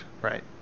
right